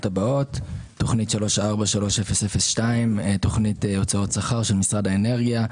הבאות: תוכנית 343002 תוכנית הוצאות שכר של משרד האנרגיה,